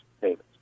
payments